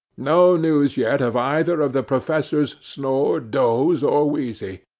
no news yet of either of the professors snore, doze, or wheezy.